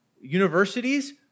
universities